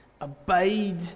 Abide